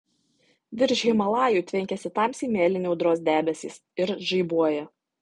virš himalajų tvenkiasi tamsiai mėlyni audros debesys ir žaibuoja